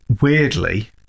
Weirdly